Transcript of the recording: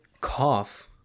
cough